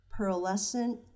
pearlescent